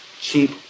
cheap